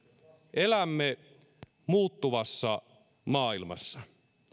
elämme muuttuvassa maailmassa